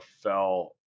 fell